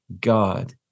God